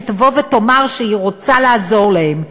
שתאמר שהיא רוצה לעזור להם.